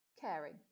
caring